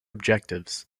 objectives